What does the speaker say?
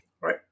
right